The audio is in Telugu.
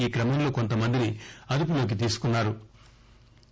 ఈ క్రమంలో కొంతమందిని అదుపులోకి తీసుకున్నారు